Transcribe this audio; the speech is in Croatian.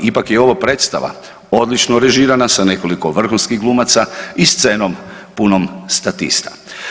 Ipak je i ovo predstava odlično režirana sa nekoliko vrhunskih glumaca i scenom punom statista.